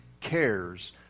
cares